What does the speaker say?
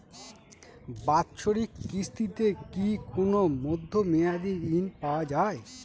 বাৎসরিক কিস্তিতে কি কোন মধ্যমেয়াদি ঋণ পাওয়া যায়?